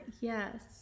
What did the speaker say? yes